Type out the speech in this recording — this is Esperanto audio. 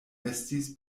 estis